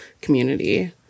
community